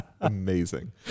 amazing